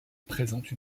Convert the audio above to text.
présente